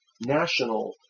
national